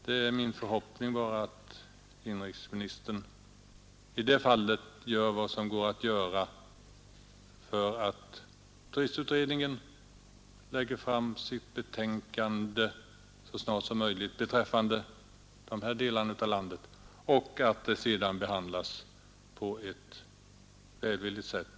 Det är min förhoppning att inrikesministern gör vad han kan för att turistutredningen så snart som möjligt skall kunna lägga fram sitt betänkande beträffande dessa delar av landet och att förslagen beträffande Öland sedan behandlas på ett välvilligt sätt.